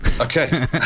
Okay